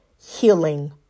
healing